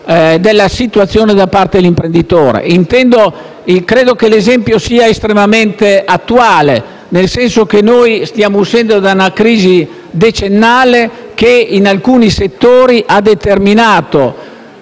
della situazione da parte sua. Credo che l'esempio sia estremamente attuale, nel senso che stiamo uscendo da una crisi decennale che, in alcuni settori, ha determinato